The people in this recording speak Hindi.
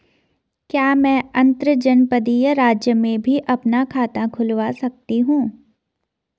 क्या मैं अंतर्जनपदीय राज्य में भी अपना खाता खुलवा सकता हूँ?